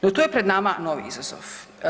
No, tu je pred nama novi izazov.